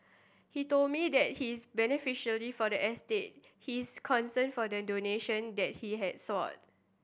he told me that his beneficiary for the estate his consent for the donation that he has sought